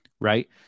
right